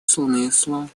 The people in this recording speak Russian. смыслу